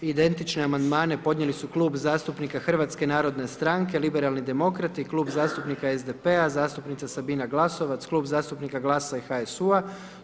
Identične Amandmane podnijeli su klub zastupnika HNS-a, Liberalni demokrati, kluba zastupnika SPD-a, zastupnica Sabine Glasovac, kluba zastupnika GLAS-a i HSU-a.